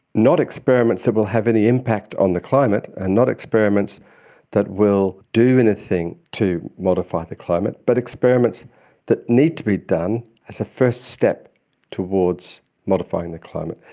not experiments that will have any impact on the climate and not experiments that will do anything to modify the climate, but experiments that need to be done as a first step towards modifying the climate.